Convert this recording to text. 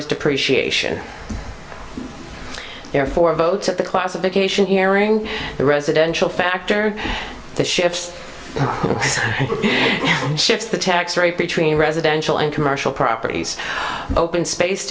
us depreciation therefore vote at the classification hearing the residential factor the ships ships the tax rate between residential and commercial properties open space